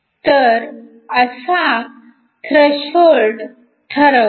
तर असा threshold ठरवला